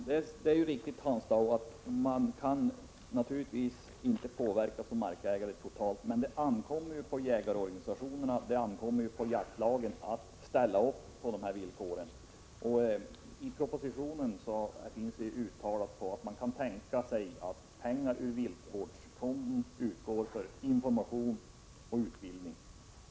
Fru talman! Det är riktigt, Hans Dau, att man som markägare naturligtvis inte kan påverka totalt. Men det ankommer ju på jägarorganisationerna och på jaktlagen att ställa upp på dessa villkor. I propositionen uttalas att regeringen kan tänka sig att låta pengar ur viltvårdsfonden utgå för information och utbildning.